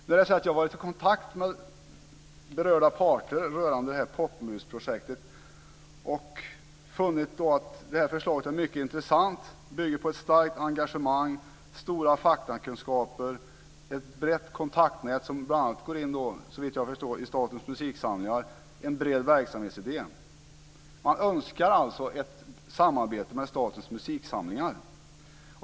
Jag har varit i kontakt med berörda parter rörande Popmusprojektet och har funnit att förslaget är mycket intressant. Det bygger på ett starkt engagemang och stora faktakunskaper liksom på ett brett kontaktnät som bl.a., såvitt jag förstår, går in i Statens musiksamlingar. Det handlar om en bred verksamhetsidé. Man önskar alltså ett samarbete med Statens musiksamlingar.